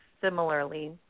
similarly